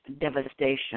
devastation